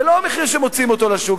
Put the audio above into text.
זה לא המחיר שמוציאים אותו לשוק,